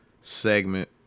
segment